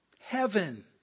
heaven